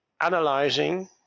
analyzing